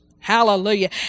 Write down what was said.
Hallelujah